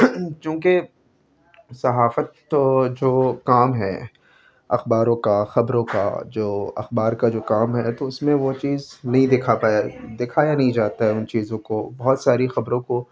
چوں کہ صحافت تو جو کام ہے اخباروں کا خبروں کا جو اخبار کا جو کام ہے تو اس میں وہ چیز نہیں دکھا پایا دکھایا نہیں جاتا ہے ان چیزوں کو بہت ساری خبروں کو